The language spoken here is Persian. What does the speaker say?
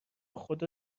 خدا